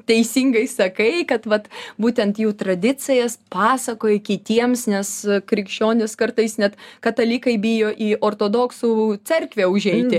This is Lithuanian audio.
teisingai sakai kad vat būtent jų tradicijas pasakoji kitiems nes krikščionys kartais net katalikai bijo į ortodoksų cerkvę užeiti